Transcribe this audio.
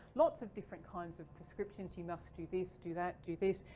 lots of different kinds of prescriptions. you must do this, do that, do this,